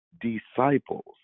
Disciples